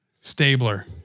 Stabler